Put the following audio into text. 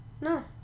No